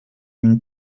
une